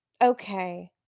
Okay